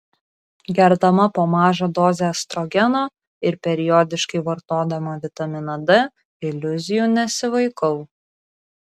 gerdama po mažą dozę estrogeno ir periodiškai vartodama vitaminą d iliuzijų nesivaikau